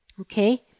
Okay